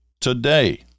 today